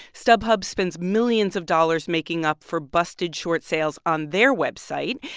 stubhub spends millions of dollars making up for busted short sales on their website.